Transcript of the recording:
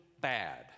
bad